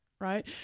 right